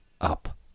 up